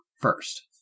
first